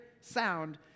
sound